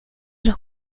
los